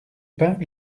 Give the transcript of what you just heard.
pas